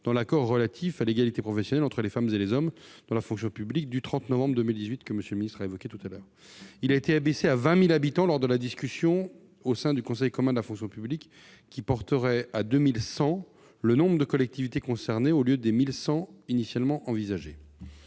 dans l'accord relatif à l'égalité professionnelle entre les femmes et les hommes dans la fonction publique du 30 novembre 2018, que M. le secrétaire d'État a évoqué. Ce seuil a été abaissé à 20 000 habitants lors de la discussion au sein du Conseil commun de la fonction publique, ce qui porterait à 2 100 le nombre de collectivités concernées, au lieu des 1 100 envisagées